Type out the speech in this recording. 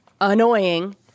Annoying